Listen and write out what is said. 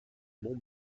mont